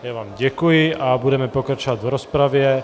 Já vám děkuji a budeme pokračovat v rozpravě.